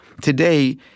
Today